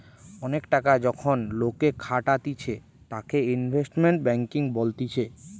অনেক টাকা যখন লোকে খাটাতিছে তাকে ইনভেস্টমেন্ট ব্যাঙ্কিং বলতিছে